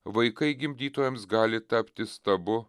vaikai gimdytojams gali tapti stabu